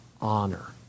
honor